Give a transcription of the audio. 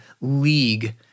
league